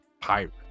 pirate